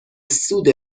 سود